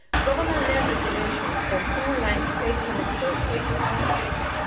governmental regulation of online space can of course raise its own issues.